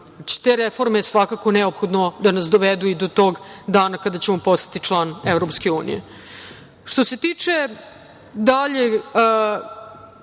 te reforme, svakako, neophodno da nas dovedu i do tog dana kada ćemo postati član EU.Što